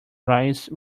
rise